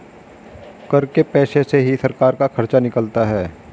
कर के पैसे से ही तो सरकार का खर्चा निकलता है